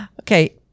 Okay